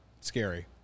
scary